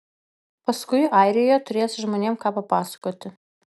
paskui airijoje turėsi žmonėms ką papasakoti